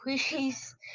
please